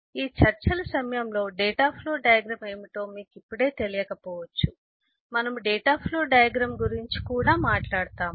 ఈ చర్చల సమయంలో డేటా ఫ్లో డయాగ్రమ్ ఏమిటో మీకు ఇప్పుడే తెలియకపోవచ్చు మనము డేటా ఫ్లో డయాగ్రమ్ గురించి కూడా మాట్లాడుతాము